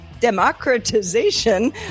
democratization